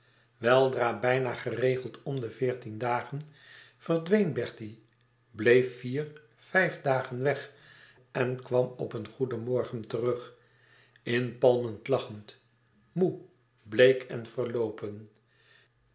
weldra bijna geregeld om de veertien dagen verdween bertie bleef vier vijf dagen weg en kwam op een goeden morgen terug inpalmend lachend moê bleek en verloopen